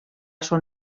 són